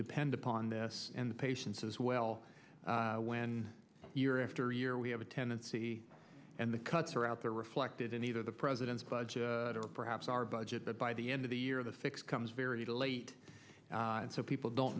depend upon this and the patients as well when year after year we have a tendency and the cuts are out there reflected in either the president's budget or perhaps our budget that by the end of the year the fix comes very late and so people don't